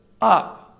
up